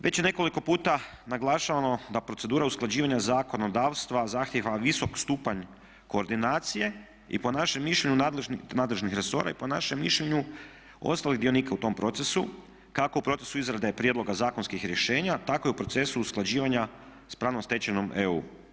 Već je nekoliko puta naglašavano da procedura usklađivanja zakonodavstva zahtjeva visok stupanj koordinacije nadležnih resora i po našem mišljenju ostalih dionika u tom procesu, kako u procesu izrade prijedloga zakonskih rješenja tako i u procesu usklađivanja s pravnom stečevinom EU.